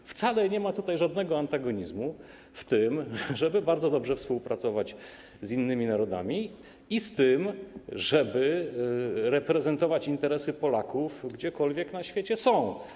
I wcale nie ma tutaj żadnego antagonizmu z tym, żeby bardzo dobrze współpracować z innymi narodami, ani z tym, żeby reprezentować interesy Polaków, gdziekolwiek na świecie są.